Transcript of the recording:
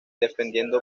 defendiendo